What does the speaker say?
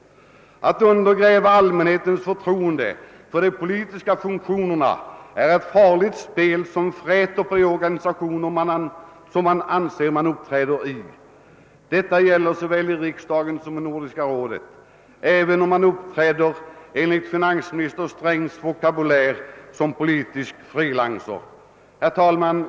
Att undergräva allmänhetens förtroende för de politiska funktionerna är ett farligt spel, som fräter på de organisationers anseende som man uppträder i. Detta gäller såväl i riksdagen som i Nordiska rådet, och även om man uppträder — enligt finansminister Strängs vokabulär — som politisk free lancer. Herr talman!